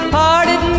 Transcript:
parted